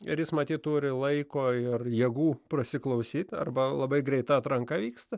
ir jis matyt turi laiko ir jėgų prasiklausyt arba labai greita atranka vyksta